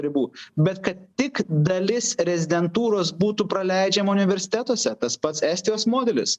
ribų bet kad tik dalis rezidentūros būtų praleidžiama universitetuose tas pats estijos modelis